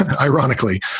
ironically